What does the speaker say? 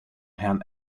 herrn